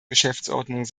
geschäftsordnung